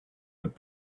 would